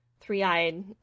three-eyed